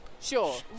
sure